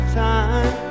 time